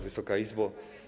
Wysoka Izbo!